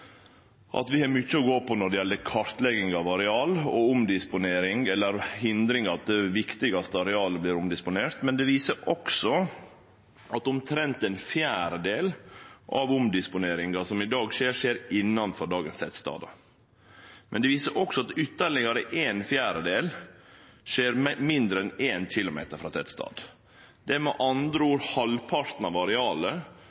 at vi har mykje å gå på når det gjeld kartlegging av areal og omdisponering, eller hindring av at det viktigaste arealet vert omdisponert. Men dei viser også at omtrent ein fjerdedel av omdisponeringa som skjer i dag, skjer innanfor dagens tettstadar, og òg at ytterlegare ein fjerdedel skjer mindre enn 1 kilometer frå ein tettstad. Det er med andre